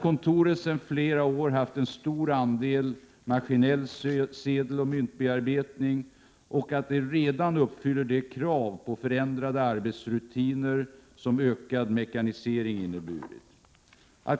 Kontoret har sedan flera år haft en stor andel maskinell sedeloch myntbearbetning och uppfyller redan de krav på förändrade arbetsrutiner som ökad mekanisering innebär.